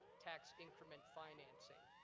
tax increment financing.